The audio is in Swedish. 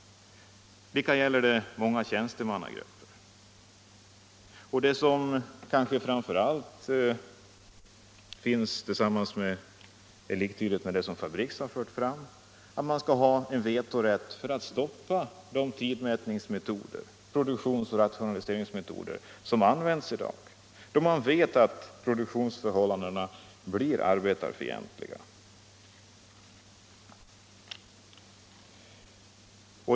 Samma sak gäller många tjänstemannagrupper. Detta stämmer med det förslag som Fabriks har fört fram, nämligen om en vetorätt för att kunna stoppa de tidmätnings-, produktions och rationaliseringsmetoder som används i dag, då produktionsförhållandena blir arbetarfientliga.